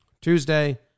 Tuesday